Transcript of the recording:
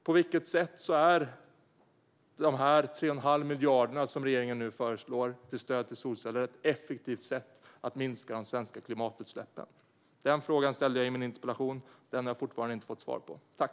På vilket sätt är de 3 1⁄2 miljarder som regeringen nu föreslår i stöd till solceller ett effektivt sätt att minska de svenska klimatutsläppen? Denna fråga ställde jag i min interpellation, och jag har fortfarande inte fått svar på den.